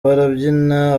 barabyina